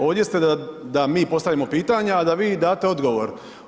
Ovdje ste da mi postavljamo pitanja, a da vi date odgovor.